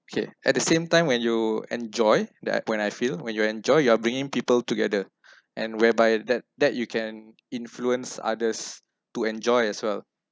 okay at the same time when you enjoy that I when I feel when you enjoy you are bringing people together and whereby that that you can influence others to enjoy as well